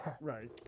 Right